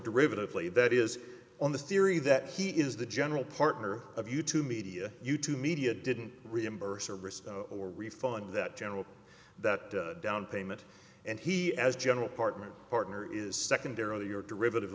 derivative play that is on the theory that he is the general partner of you to media you to media didn't reimburse or risk or refund that general that down payment and he as general partner partner is secondarily your derivative